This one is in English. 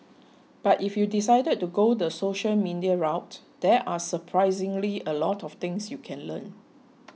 but if you decided to go the social media route there are surprisingly a lot of things you can learn